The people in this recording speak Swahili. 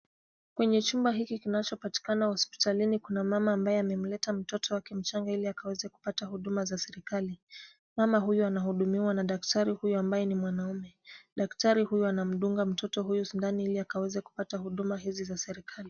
Kwenye chumba hiki kinachopatikana hospitalini, kuna mama ambaye amemleta mtoto wake mchanga ili akaweze kupata huduma za serikali. Mama huyu anahudumiwa na daktari huyu ambaye ni mwanaume. Daktari huyu anamdunga mtoto huyu sindano ili akaweze kupata huduma hizi za serikali.